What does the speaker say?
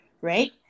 right